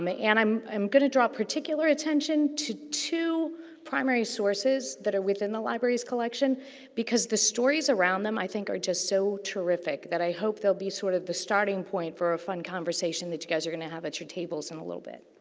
um ah and, i'm um going to draw particular attention to two primary sources that are within the library's collection because the stories around them, i think, are just so terrific that i hope they'll be sort of the starting point for a fun conversation that you guys are going to have at your tables in a little bit.